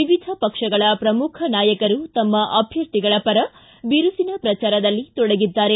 ವಿವಿಧ ಪಕ್ಷಗಳ ಪ್ರಮುಖ ನಾಯಕರು ತಮ್ಮ ಅಭ್ಯರ್ಥಿಗಳ ಪರ ಬಿರುಸಿನ ಪ್ರಚಾರದಲ್ಲಿ ತೊಡಗಿದ್ದಾರೆ